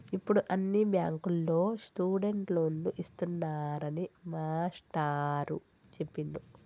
ఇప్పుడు అన్ని బ్యాంకుల్లో స్టూడెంట్ లోన్లు ఇస్తున్నారని మాస్టారు చెప్పిండు